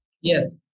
Yes